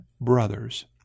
brothers